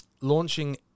launching